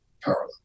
parallel